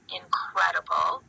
incredible